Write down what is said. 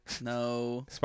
No